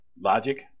logic